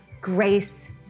grace